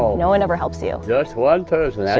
no no one ever helps you? just one person,